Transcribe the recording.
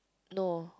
no